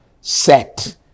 set